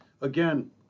again